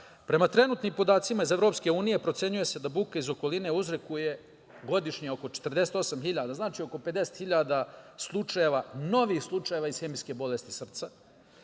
trenutnim podacima iz EU, procenjuje se da buka iz okoline uzrokuje godišnje oko 48.000, znači oko 50.000 novih slučajeva ishemijske bolesti srca